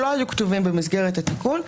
והם לא היו כתובים במסגרת התיקון.